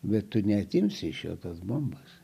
bet tu neatimsi iš jo tas bombas